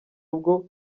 bwo